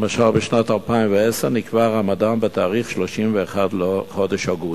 למשל, בשנת 2010 נקבע הרמדאן ב-31 בחודש אוגוסט,